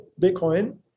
Bitcoin